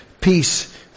peace